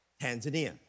Tanzania